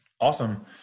awesome